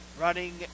running